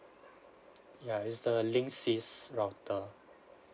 ya is the Linksys router